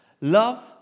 love